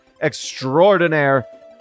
Extraordinaire